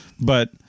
But-